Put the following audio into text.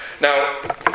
Now